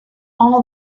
all